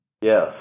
Yes